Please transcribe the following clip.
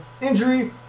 injury